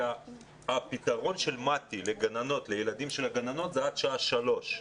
כי הפתרון של מט"י לילדים של הגננות הוא עד שעה 15:00,